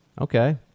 Okay